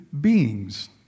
beings